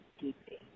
deeply